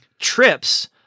trips